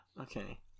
okay